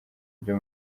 byo